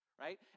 Right